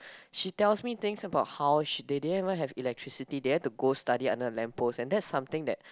she tells me things about how she they didn't even have electricity they have to go study under a lamp post and that is something that